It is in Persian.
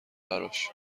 براش